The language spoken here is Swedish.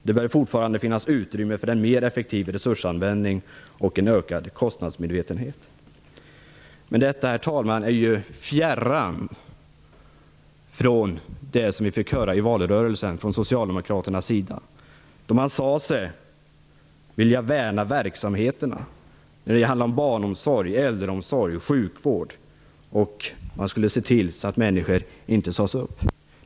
Det bör fortfarande finnas utrymme för en mer effektiv resursanvändning och en ökad kostnadsmedvetenhet. Men detta, herr talman, är ju fjärran från det som vi fick höra i valrörelsen från Socialdemokraterna. Då sade man sig vilja värna verksamheterna när det gäller barnomsorg, äldreomsorg och sjukvård, och man skulle se till att människor inte sades upp.